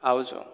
આવજો